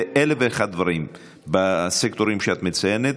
זה אלף ואחד דברים בסקטורים שאת מציינת,